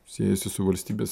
siejasi su valstybės